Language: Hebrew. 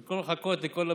במקום לחכות לכל הבדיקות,